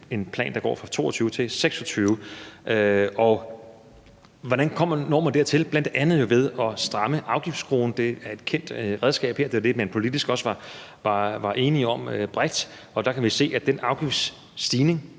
en plan, der går fra 2022 til 2026. Hvordan når man dertil? Det gør man jo bl.a. ved at stramme afgiftsskruen, og det er jo et kendt redskab her. Det var det, man politisk også var enige om bredt, og der kan vi se, at den afgiftsstigning